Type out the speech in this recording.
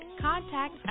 Contact